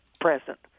present